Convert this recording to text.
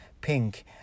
pink